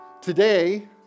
Today